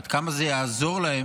עד כמה זה יעזור להם